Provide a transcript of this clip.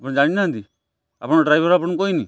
ଆପଣ ଜାଣିନାହାନ୍ତି ଆପଣଙ୍କ ଡ୍ରାଇଭର ଆପଣଙ୍କୁ କହିନି